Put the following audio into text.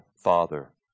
Father